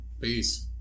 Peace